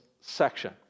section